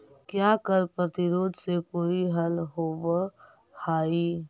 क्या कर प्रतिरोध से कोई हल होवअ हाई